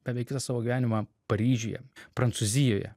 beveik visą savo gyvenimą paryžiuje prancūzijoje